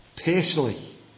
personally